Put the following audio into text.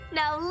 now